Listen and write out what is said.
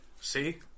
See